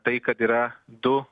tai kad yra du